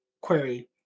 query